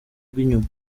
rw’inyuma